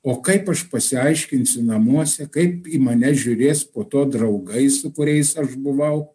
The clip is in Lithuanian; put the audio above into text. o kaip aš pasiaiškinsiu namuose kaip į mane žiūrės po to draugai su kuriais aš buvau